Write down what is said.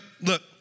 look